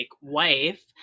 wife